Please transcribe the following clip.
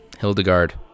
Hildegard